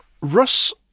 Russ